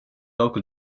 local